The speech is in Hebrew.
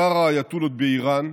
משטר האייתולות באיראן,